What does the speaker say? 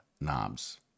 knobs